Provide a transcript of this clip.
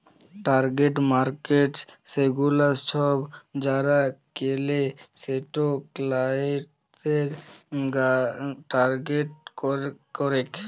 target markets সেগুলা সব যারা কেলে সেই ক্লায়েন্টদের টার্গেট করেক